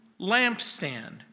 lampstand